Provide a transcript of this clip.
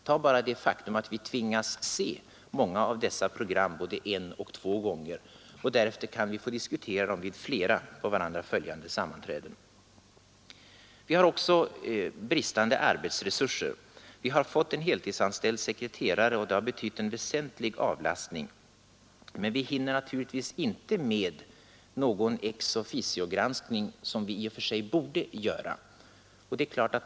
Tag bara det faktum att vi tvingas se många av dessa program både en och två gånger och därefter diskutera dem vid flera på varandra följande sammanträden. Vi har också bristande arbetsresurser. Vi har fått en heltidsanställd sekreterare, och det har betytt en väsentlig avlastning. Men vi hinner naturligtvis inte med den ex officio-granskning, som vi i och för sig borde göra.